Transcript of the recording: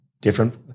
different